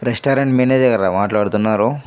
restaurant మేనేజర్గారా మాట్లాడుతున్నారు